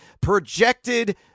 projected